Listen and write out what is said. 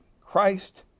Christ